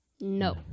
No